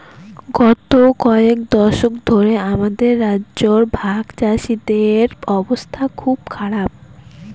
গত কয়েক দশক ধরে আমাদের রাজ্যে ভাগচাষীদের অবস্থা খুব খারাপ